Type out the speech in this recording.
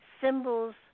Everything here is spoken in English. symbols